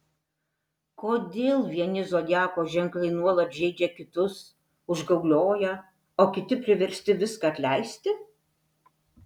kodėl vieni zodiako ženklai nuolat žeidžia kitus užgaulioja o kiti priversti viską atleisti